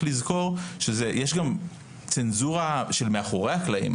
לזכור שיש גם צנזורה של מאחורי הקלעים,